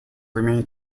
remain